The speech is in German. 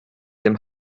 dem